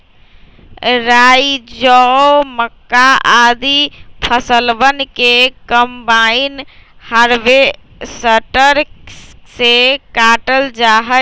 राई, जौ, मक्का, आदि फसलवन के कम्बाइन हार्वेसटर से काटल जा हई